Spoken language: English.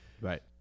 Right